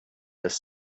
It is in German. des